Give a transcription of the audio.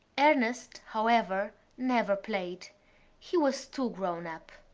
ernest, however, never played he was too grown up.